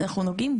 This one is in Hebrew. אנחנו נגעים,